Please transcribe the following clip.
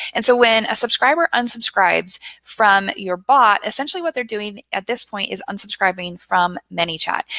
and so when a subscriber unsubscribes from your bot, essentially what they're doing at this point is unsubscribing from manychat.